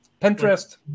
Pinterest